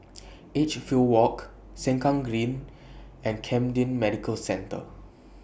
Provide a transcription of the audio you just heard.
Edgefield Walk Sengkang Green and Camden Medical Centre